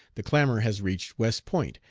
the clamor has reached west point,